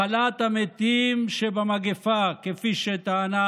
הכלת המתים שבמגפה, כפי שטענה